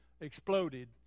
exploded